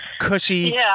cushy